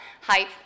height